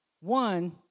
One